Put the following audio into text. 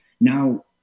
now